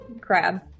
Crab